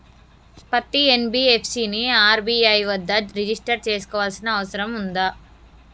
పత్తి ఎన్.బి.ఎఫ్.సి ని ఆర్.బి.ఐ వద్ద రిజిష్టర్ చేసుకోవాల్సిన అవసరం ఉందా?